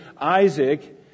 Isaac